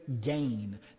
gain